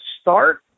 start